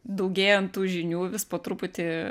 daugėjant tų žinių vis po truputį